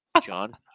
John